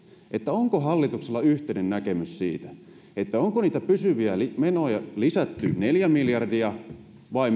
onko hallituksella yhteinen näkemys siitä onko niitä pysyviä menoja lisätty neljä miljardia vai